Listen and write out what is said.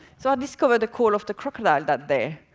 so i discovered the call of the crocodile that day.